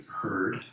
heard